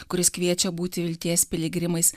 kuris kviečia būti vilties piligrimais